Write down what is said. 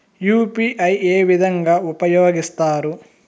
UPI ఏ విధంగా ఉపయోగిస్తారు?